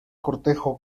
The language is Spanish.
cortejo